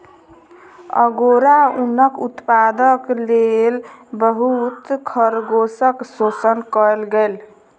angora ऊनक उत्पादनक लेल बहुत खरगोशक शोषण कएल गेल